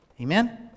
Amen